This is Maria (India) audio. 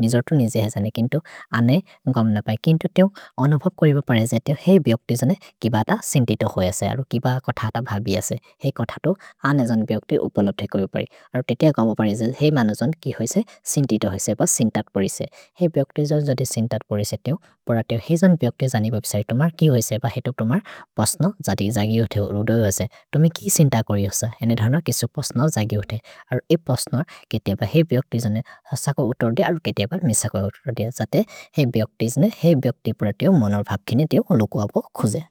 निजोर् तु निजहे जने, किन्तु अने गम् न पए। किन्तु तेओ अनुभव् कोरिब परे जतेओ हे बिहक्ति जने किबद सिन्तितो होयसे, अरो किबद कथ त भाबि यसे। हे कथ तो अनजोन् बिहक्ति उपनोथे कोइब् परे। अरो ते तेओ गम् न परे जतेओ हे मनजोन् कि होयसे सिन्तितो होयसे ब सिन्तत् परेसे। हे बिहक्ति जने जतेओ सिन्तत् परेसे तेओ, पर तेओ हे जन् बिहक्ति जने वेब्सिते तो मर् कि होयसे। भ हे तो तो मर् पस्नो जगि होते हो, रोदो योसे। तोमि कि सिन्तत् करि योसे? हेने धनर् किसो पस्नो जगि होते। अरो ए पस्नो केतेब हे बिहक्ति जने सको उतोर्दे, अरो केतेब मिसको उतोर्दे। जते हे बिहक्ति जने हे बिहक्ति पर तेओ मनर् भाब् किने तेओ लोकु अपो खुजे।